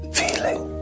feeling